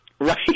right